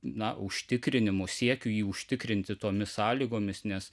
na užtikrinimu siekiu jį užtikrinti tomis sąlygomis nes